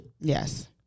Yes